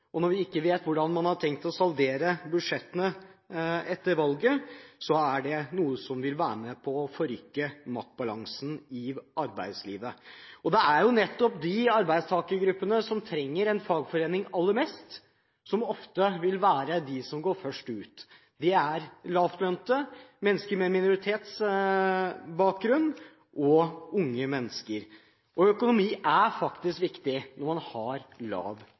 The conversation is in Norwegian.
og når vi ikke vet hvordan man har tenkt å saldere budsjettene etter valget, er det noe som vil være med på å forrykke maktbalansen i arbeidslivet. Og det er nettopp de arbeidstakergruppene som trenger en fagforening aller mest, som ofte vil være de som går først ut. Det er lavtlønte, mennesker med minoritetsbakgrunn og unge mennesker, og økonomi er faktisk viktig når man har lav